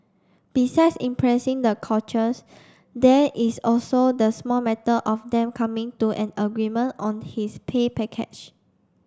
besides impressing the coaches there is also the small matter of them coming to an agreement on his pay package